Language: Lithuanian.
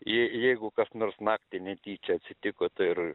jei jeigu kas nors naktį netyčia atsitiko tai ir